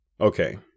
Okay